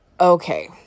okay